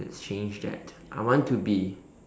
let's change that I want to be